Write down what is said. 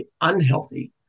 unhealthy